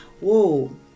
whoa